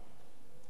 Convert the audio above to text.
יש שם החלטה של בג"ץ.